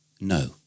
No